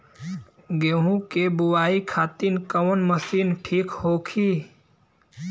गेहूँ के बुआई खातिन कवन मशीन ठीक होखि?